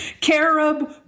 carob